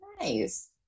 Nice